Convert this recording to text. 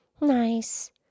Nice